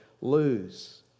lose